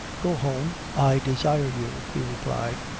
go home, i desire you, he replied,